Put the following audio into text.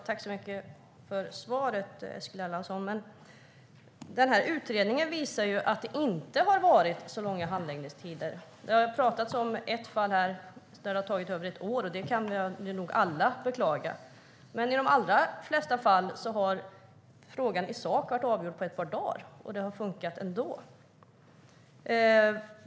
Herr talman! Tack för svaret, Eskil Erlandsson! Men utredningen visar att det inte har varit så långa handläggningstider. Det har talats om ett fall där det har tagit över ett år, och det kan vi nog alla beklaga. Men i de allra flesta fall har frågan i sak varit avgjord på ett par dagar, och det har funkat ändå.